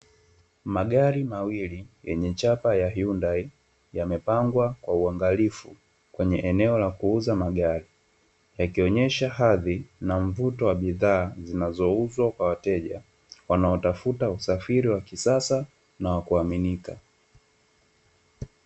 Magari mawili yenye chapa ya ¨hyundai¨ yamepangwa kwa uangalifu kwenye eneo la kuuza magari yakionyesha hadhi na mvuto wa bidhaa zinazouzwa kwa wateja wanaotafuta usafiri wa kisasa na wa kuaminika.